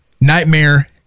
nightmare